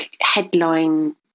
headline